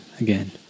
again